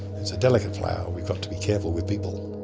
it's a delicate flower, we've got to be careful with people.